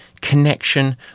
connection